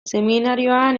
seminarioan